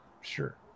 Sure